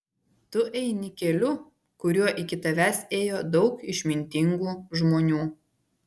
tu eini keliu kuriuo iki tavęs ėjo daug išmintingų žmonių